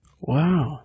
Wow